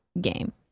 game